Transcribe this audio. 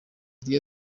tujya